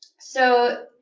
so